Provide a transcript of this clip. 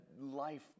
life